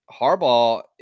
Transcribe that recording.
Harbaugh